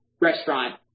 restaurant